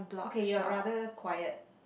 okay you are rather quiet